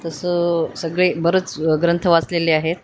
तसं सगळे बरंच ग्रंथ वाचलेले आहेत